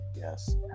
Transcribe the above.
Yes